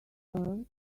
earth